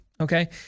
Okay